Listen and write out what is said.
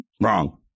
Wrong